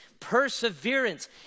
Perseverance